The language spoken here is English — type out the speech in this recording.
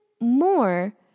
more